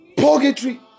Purgatory